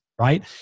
right